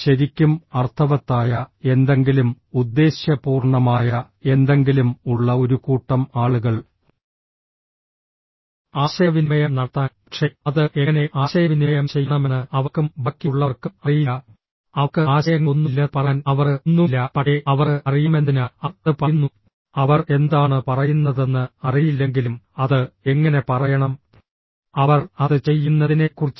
ശരിക്കും അർത്ഥവത്തായ എന്തെങ്കിലും ഉദ്ദേശ്യപൂർണ്ണമായ എന്തെങ്കിലും ഉള്ള ഒരു കൂട്ടം ആളുകൾ ആശയവിനിമയം നടത്താൻ പക്ഷേ അത് എങ്ങനെ ആശയവിനിമയം ചെയ്യണമെന്ന് അവർക്കും ബാക്കിയുള്ളവർക്കും അറിയില്ല അവർക്ക് ആശയങ്ങളൊന്നുമില്ലെന്ന് പറയാൻ അവർക്ക് ഒന്നുമില്ല പക്ഷേ അവർക്ക് അറിയാമെന്നതിനാൽ അവർ അത് പറയുന്നു അവർ എന്താണ് പറയുന്നതെന്ന് അറിയില്ലെങ്കിലും അത് എങ്ങനെ പറയണം അവർ അത് ചെയ്യുന്നതിനെക്കുറിച്ച്